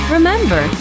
Remember